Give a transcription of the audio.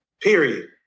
Period